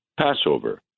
Passover